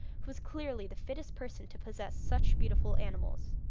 who was clearly the fittest person to possess such beautiful animals.